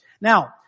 Now